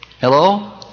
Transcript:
hello